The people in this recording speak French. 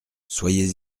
soyez